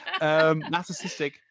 Narcissistic